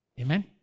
Amen